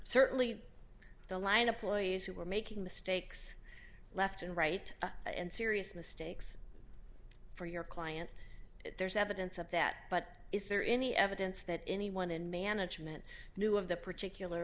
certainly don't line up lawyers who were making mistakes left and right and serious mistakes for your client if there's evidence of that but is there any evidence that anyone in management knew of the particular